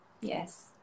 Yes